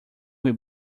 will